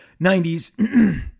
90s